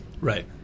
Right